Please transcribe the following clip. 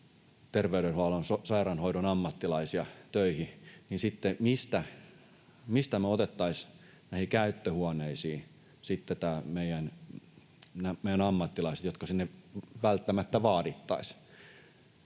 terveydenhuollon, sairaanhoidon ammattilaisia töihin, niin mistä me sitten otettaisiin näihin käyttöhuoneisiin nämä ammattilaiset, jotka sinne välttämättä vaadittaisiin?